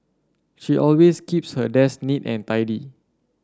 she always keeps her desk neat and tidy